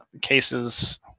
cases